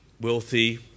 wealthy